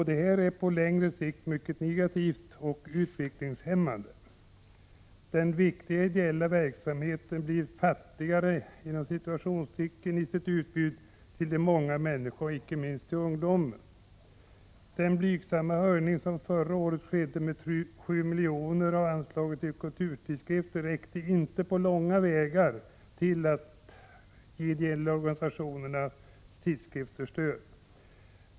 Detta är på längre sikt mycket negativt och utvecklingshämmande. Den viktiga ideella verksamheten blir ”fattigare” i sitt utbud till de många människorna och icke minst ungdomen. Den blygsamma höjning av anslaget till kulturtidskrifter med 7 miljoner som skedde förra året räckte inte på långa vägar till att ge de ideella organisationernas tidskrifter stöd.